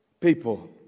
people